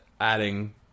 adding